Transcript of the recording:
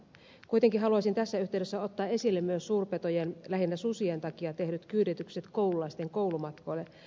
kuitenkin haluaisin tässä yhteydessä ottaa esille myös suurpetojen lähinnä susien takia tehdyt kyyditykset koululaisten koulumatkoilla